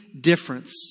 difference